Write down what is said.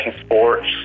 sports